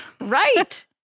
Right